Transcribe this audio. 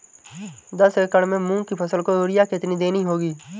दस एकड़ में मूंग की फसल को यूरिया कितनी देनी होगी?